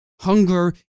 Hunger